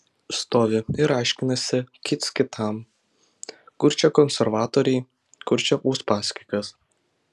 stovi ir aiškinasi kits kitam kur čia konservatoriai kur čia uspaskichas